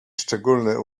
szczególny